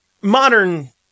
modern